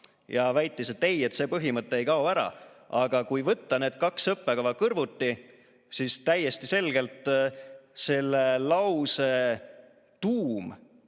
ja väitis, et ei, see põhimõte ei kao ära. Aga kui võtta need kaks õppekava kõrvuti, siis täiesti selgelt selle lause tuum